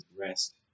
rest